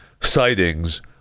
sightings